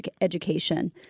education